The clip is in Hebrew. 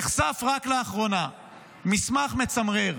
נחשף רק לאחרונה מסמך מצמרר,